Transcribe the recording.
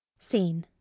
scene